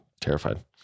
terrified